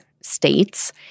states